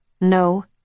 No